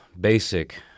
basic